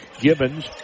Gibbons